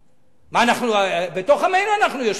מה, בתוך עמנו אנחנו יושבים.